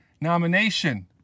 nomination